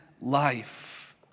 life